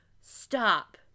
Stop